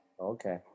okay